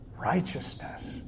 Righteousness